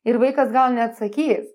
ir vaikas gal neatsakys